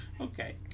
Okay